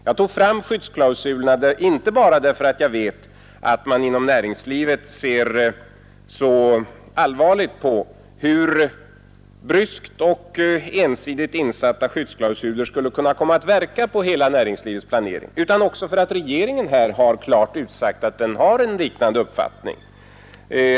Jag pekade på skyddsklausulerna inte bara därför att jag vet hur allvarligt man inom näringslivet ser på de verkningar som bryskt och ensidigt insatta skyddsklausuler skulle kunna få på hela näringslivets planering utan också därför att regeringen klart har utsagt att den har en liknande uppfattning.